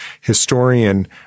historian